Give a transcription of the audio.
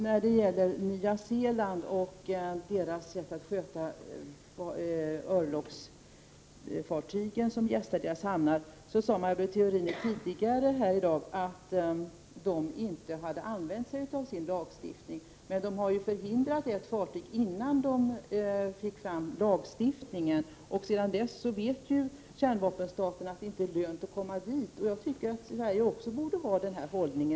När det gäller Nya Zeeland och det landets sätt att bemöta de örlogsfartyg som gästar landets hamnar sade Maj Britt Theorin tidigare i dag att man inte använt sig av sin lagstiftning. Men man har ju hindrat ett fartyg, redan innan man fick en lagstiftning på detta område. Därför vet kärnvapenstaterna att det inte är lönt att gästa landets hamnar. Jag tycker att Sverige borde inta samma hållning.